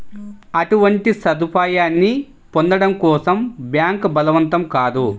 అటువంటి సదుపాయాన్ని పొందడం కోసం బ్యాంక్ బలవంతం కాదు